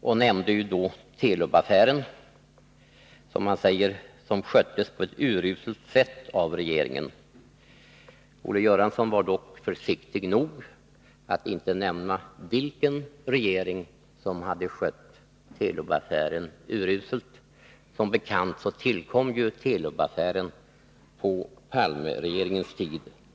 Han nämnde då Telub-affären, som — som han sade — hade skötts på ett uruselt sätt av regeringen. Han var dock försiktig nog att inte nämna vilken regering som hade skött Telub-affären uruselt. Som bekant tillkom Telub-affären på Palmeregeringens tid.